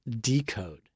decode